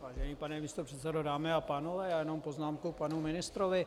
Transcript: Vážený pane místopředsedo, dámy a pánové, já jenom poznámku k panu ministrovi.